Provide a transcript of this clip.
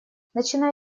начиная